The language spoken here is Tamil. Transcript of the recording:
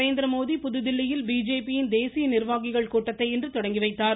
நரேந்திரமோடி புதுதில்லியில் பிஜேபியின் தேசிய நிர்வாகிகள் கூட்டத்தை இன்று தொடங்கிவைத்தார்